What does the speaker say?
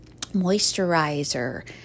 moisturizer